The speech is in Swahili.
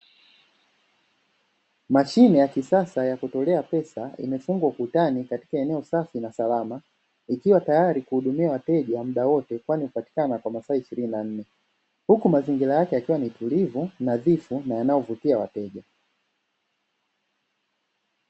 Mashine ya kisasa ya kutolea pesa imefungwa ukutani katika eneo safi na salama ikiwa tayari kuhudumia wateja muda wote kwani hupatikana kwa masaa ishirini na manne, huku mazingira yake yakiwa ni tulivu, nadhifu na yanayovutia wateja.